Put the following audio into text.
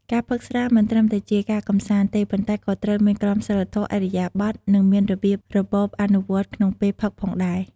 ការផឹកស្រា មិនត្រឹមតែជាការកម្សាន្តទេ ប៉ុន្តែក៏ត្រូវមានក្រមសីលធម៌ ឥរិយាបថ និងមានរបៀបរបបអនុវត្តក្នុងពេលផឹកផងដែរ។